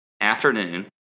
afternoon